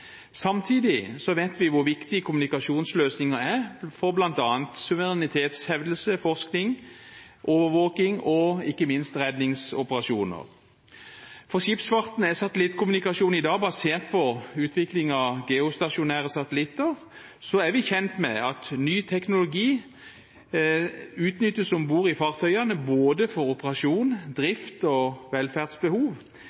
Samtidig vet vi hvor viktig kommunikasjonsløsninger er for bl.a. suverenitetshevdelse, forskning, overvåkning og ikke minst redningsoperasjoner. For skipsfarten er satellittkommunikasjon i dag basert på utviklingen av geostasjonære satellitter. Vi er kjent med at ny teknologi utnyttes om bord i fartøyene for både operasjon,